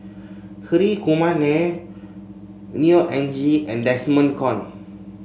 Hri Kumar Nair Neo Anngee and Desmond Kon